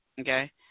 okay